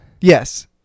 yes